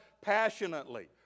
passionately